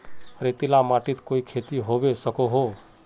रेतीला माटित कोई खेती होबे सकोहो होबे?